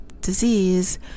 disease